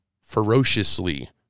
ferociously